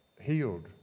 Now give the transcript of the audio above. healed